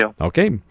Okay